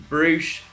Bruce